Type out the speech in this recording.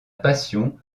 passion